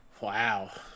Wow